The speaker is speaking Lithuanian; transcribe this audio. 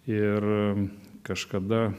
ir kažkada